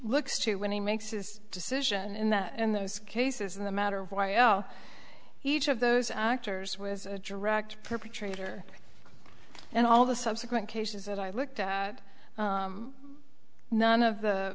looks to when he makes his decision in that in those cases in the matter of y a l each of those actors was a direct perpetrator and all the subsequent cases that i looked at none of the